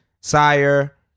Sire